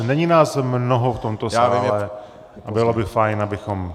Není nás mnoho v tomto sále, ale bylo by fajn, abychom...